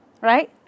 right